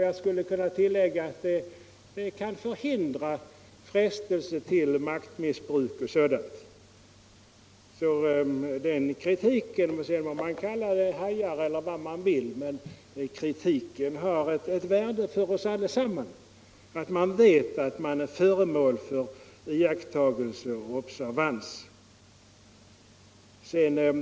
Jag skulle kunna tillägga att den kan förhindra frestelser till maktmissbruk. Sedan må man kalla kritikerna hajar eller vad man vill, men kritiken har ett värde för oss alla —- att man vet att man är föremål för iakttagelse och kritisk granskning.